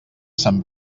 sant